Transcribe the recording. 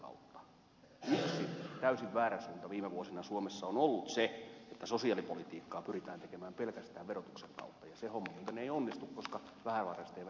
yksi täysin väärä suunta viime vuosina suomessa on ollut se että sosiaalipolitiikkaa pyritään tekemään pelkästään verotuksen kautta ja se homma muuten ei onnistu koska vähävaraiset eivät veroja maksa